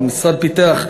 המשרד פיתח,